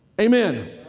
Amen